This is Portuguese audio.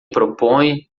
propõe